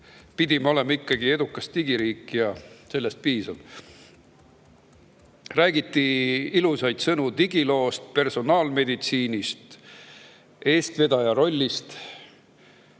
Pidime olema ikkagi edukas digiriik ja sellest piisab. Räägiti ilusaid sõnu digiloost, personaalmeditsiinist ja eestvedaja rollist.